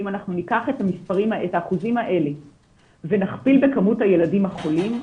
ואם ניקח את האחוזים האלה ונכפיל במספר הילדים החולים,